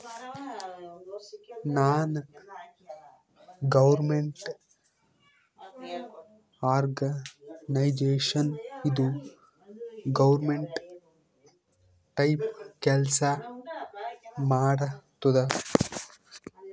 ನಾನ್ government organisation ಇದು government type ಕೆಲ್ಸಾ ಮಾಡತ್ತುದ್